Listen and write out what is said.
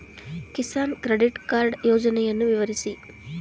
Kisan credit card ಯೋಜನೆಯನ್ನು ವಿವರಿಸಿ?